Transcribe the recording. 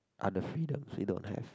other freedoms we don't have